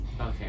okay